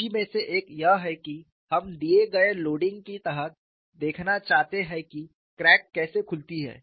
रुचि में से एक यह है कि हम दिए गए लोडिंग के तहत देखना चाहते हैं कि क्रैक कैसे खुलती है